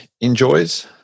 enjoys